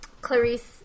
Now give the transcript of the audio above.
Clarice